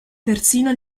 persino